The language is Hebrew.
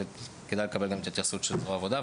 שכדאי לקבל גם את ההתייחסות של זרוע העבודה,